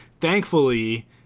thankfully